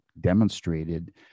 demonstrated